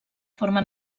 forma